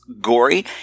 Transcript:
gory